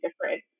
different